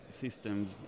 systems